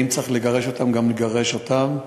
אם צריך לגרש אותם, גם נגרש אותם.